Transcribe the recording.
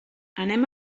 anem